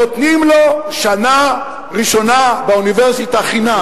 נותנים לו למשל שנה ראשונה באוניברסיטה חינם.